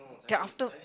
ya after